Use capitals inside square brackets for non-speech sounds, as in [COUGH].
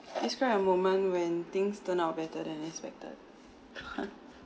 describe a moment when things turn out better than [LAUGHS]